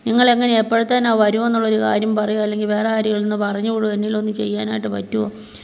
നിങ്ങൾ എങ്ങനെയാണ് എപ്പോഴ്ത്തേനാ വരൂവെന്നുള്ളൊരു കാര്യം പറയുവോ അല്ലെങ്കിൽ വേറെ ആരേലും ഒന്ന് പറഞ്ഞ് വിടുവോ എന്നേലും ഒന്ന് ചെയ്യാനായിട്ട് പറ്റുവോ